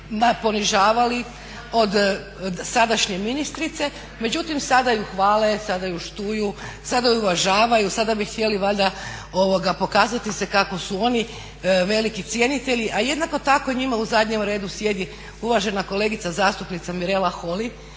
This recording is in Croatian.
od sadašnje ministrice, međutim sada ju hvale, sada ju štuju, sada ju uvažavaju. Sada bi htjeli valjda pokazati se kako su oni veliki cjenitelji, a jednako tako njima u zadnjem redu sjedi uvažena kolegica zastupnica Mirela Holy